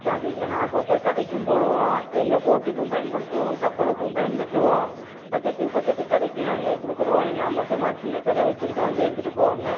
இப்போ அதிகம் நான் அப்பப்போ கடைக்கும் போடுவோம் எங்கள் போட்டுக்கும் பயன்படுத்துவோம் கப்பலுக்கும் பயன்படுத்துவோம் பக்கத்து பக்கத்து கடைக்கும் நாங்கள் கொடுக்குறோம் நான் மொத்தமாக சின்னக்கடை வச்சுருக்கேன் வந்து எடுத்துகிட்டு போவாங்க